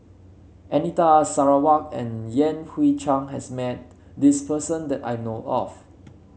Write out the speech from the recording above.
Anita Sarawak and Yan Hui Chang has met this person that I know of